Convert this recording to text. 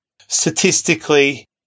Statistically